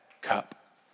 cup